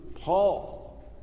Paul